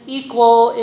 equal